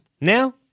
Now